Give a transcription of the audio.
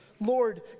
Lord